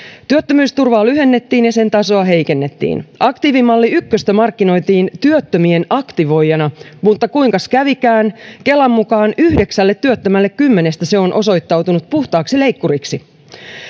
työttömyysturvaa lyhennettiin ja sen tasoa heikennettiin aktiivimalli ykköstä markkinoitiin työttömien aktivoijana mutta kuinkas kävikään kelan mukaan yhdeksälle työttömälle kymmenestä se on osoittautunut puhtaaksi leikkuriksi